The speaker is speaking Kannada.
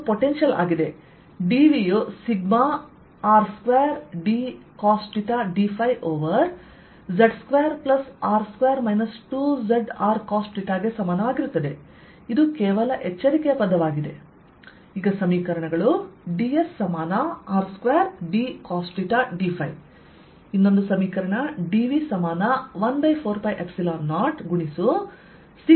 ಇದು ಪೊಟೆನ್ಶಿಯಲ್ ಆಗಿದೆ dV u sigma R2dcosθdϕ over z2R2 2zRcosθಗೆ ಸಮಾನವಾಗಿರುತ್ತದೆ ಇದು ಕೇವಲ ಎಚ್ಚರಿಕೆಯಪದವಾಗಿದೆ